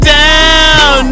down